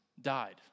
died